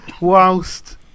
whilst